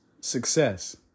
success